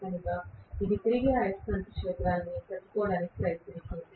కనుక ఇది తిరిగే అయస్కాంత క్షేత్రాన్ని పట్టుకోవడానికి ప్రయత్నిస్తోంది